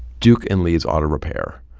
duke and lee's auto repair.